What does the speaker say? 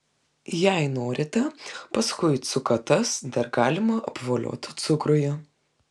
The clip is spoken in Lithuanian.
jei norite paskui cukatas dar galima apvolioti cukruje